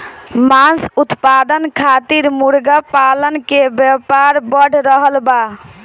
मांस उत्पादन खातिर मुर्गा पालन के व्यापार बढ़ रहल बा